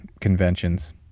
conventions